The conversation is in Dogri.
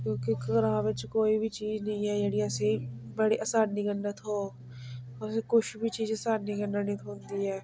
क्योंकि ग्रांऽ बिच्च कोई बी चीज़ नी ऐ जेह्ड़ी असेंगी बड़ी असानी कन्नै थ्होग अस कुछ बी चीज़ असानी कन्नै नी थ्होंदी ऐ